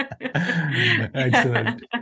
Excellent